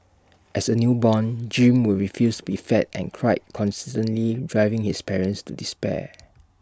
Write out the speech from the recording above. as A newborn Jim would refuse be fed and cried constantly driving his parents to despair